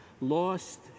Lost